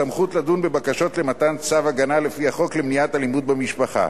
סמכות לדון בבקשות למתן צו הגנה לפי החוק למניעת אלימות במשפחה.